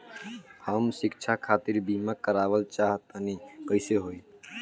हम शिक्षा खातिर बीमा करावल चाहऽ तनि कइसे होई?